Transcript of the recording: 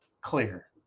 clear